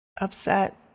upset